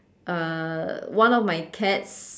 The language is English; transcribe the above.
uh one of my cats